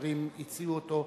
שחברים הציעו אותו.